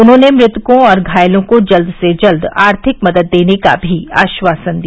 उन्होंने मृतकों और घायलों को जल्द से जल्द आर्थिक मदद देने का भी आश्वासन दिया